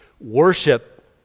Worship